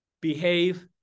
behave